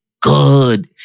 good